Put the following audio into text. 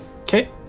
Okay